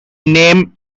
name